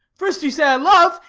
first you say i love,